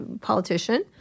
politician